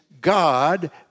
God